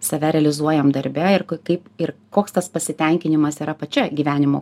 save realizuojam darbe ir kaip ir koks tas pasitenkinimas yra pačia gyvenimo